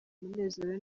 umunezero